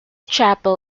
chapel